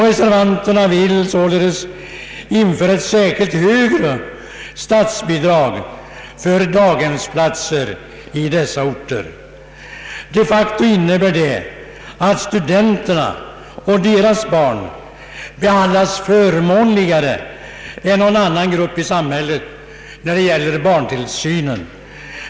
Reservanterna vill således införa ett högre statsbidrag för daghemsplatser i universitetsorterna. De facto innebär detta att studenterna och deras barn behandlas förmånligare än någon annan grupp i samhället när det gäller barntillsynen.